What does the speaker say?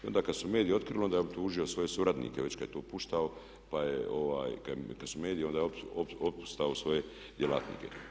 I onda kad su mediji otkrili onda je optužio svoje suradnike već kad je to pušta pa je, kad su mediji onda je otpuštao svoje djelatnike.